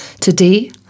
Today